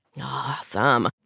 Awesome